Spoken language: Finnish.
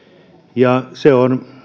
ja se on